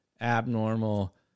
abnormal